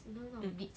mm